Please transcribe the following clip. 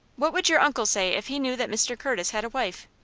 what would your uncle say if he knew that mr. curtis had a wife?